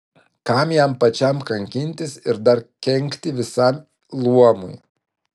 kam jam pačiam kankintis ir dar kenkti visam luomui